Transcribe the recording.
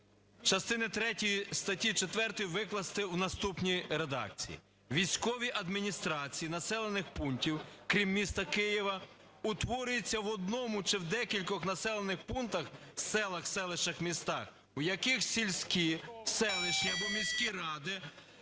частини третьої статті 4 викласти в наступній редакції: "Військові адміністрації населених пунктів, крім міста Києва, утворюються в одному чи в декількох населених пунктах, селах, селищах, містах, у яких сільські, селищні або міські ради,